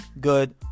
good